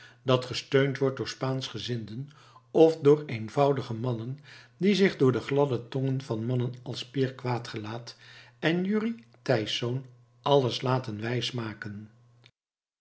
dat gesteund wordt door spaanschgezinden of door eenvoudige mannen die zich door de gladde tongen van mannen als pier quaet gelaet en jurrie thijsz alles laten wijsmaken